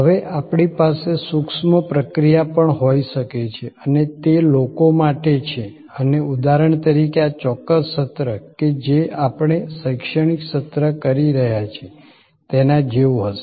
હવે આપણી પાસે સુક્ષ્મ પ્રક્રિયા પણ હોઈ શકે છે અને તે લોકો માટે છે અને ઉદાહરણ તરીકે આ ચોક્કસ સત્ર કે જે આપણે શૈક્ષણિક સત્ર કરી રહ્યા છીએ તેના જેવું હશે